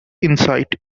insight